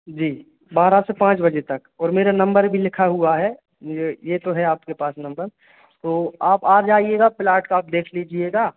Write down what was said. जी बारह से पाँच बजे तक और मेरा नंबर भी लिखा हुआ है यह तो है आपके पास नंबर तो आप आ जाइएगा प्लाट आप देख लीजिएगा